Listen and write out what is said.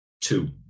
Two